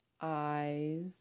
eyes